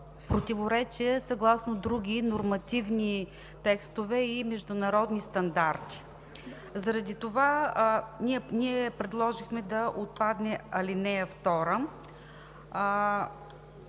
противоречия, съгласно други нормативни текстове и международни стандарти. Заради това предложихме ал. 2 да отпадне.